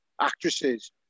actresses